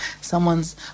someone's